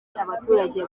abaturage